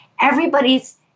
everybody's